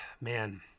man